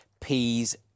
peas